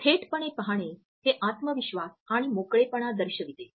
थेटपणे पाहणे हे आत्मविश्वास आणि मोकळेपणा दर्शविते